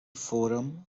forum